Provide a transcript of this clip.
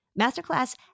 Masterclass